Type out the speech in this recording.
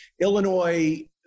Illinois